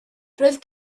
roedd